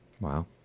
wow